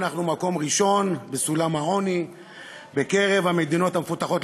אנחנו מקום ראשון בסולם העוני בקרב המדינות המפותחות.